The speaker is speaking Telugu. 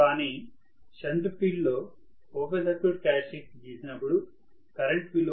కానీ షంట్ ఫీల్డ్ లో ఓపెన్ సర్క్యూట్ క్యారెక్టర్స్టిక్స్ గీసినప్పుడు కరెంట్ విలువ 0